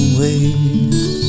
ways